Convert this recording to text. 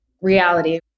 reality